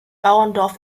bauerndorf